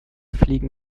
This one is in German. fliegen